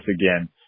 again